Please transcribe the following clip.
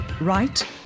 right